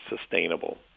sustainable